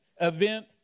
event